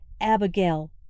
Abigail